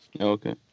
Okay